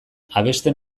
abesten